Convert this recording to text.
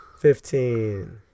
Fifteen